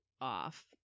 off